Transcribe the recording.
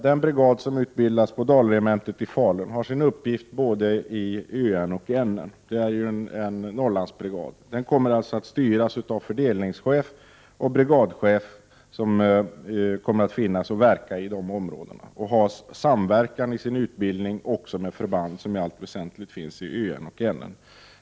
Den brigad som utbildas på dalaregementet i Falun har sin uppgift både i Övre Norrland och i Nedre Norrland. Det är ju en Norrlandsbrigad. Den brigaden kommer att styras av en fördelningschef och en brigadchef som kommer att verka i de områdena. Brigaden kommer att samverka i utbildningen med förband som i allt väsentligt finns i Övre Norrland och Nedre Norrland.